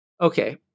Okay